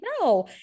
no